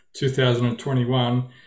2021